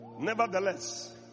Nevertheless